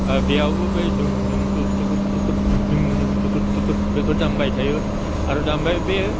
बेयावबो बै बेखौ बेखौ दामबाय थायो आरो दामबाय बे